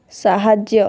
ସାହାଯ୍ୟ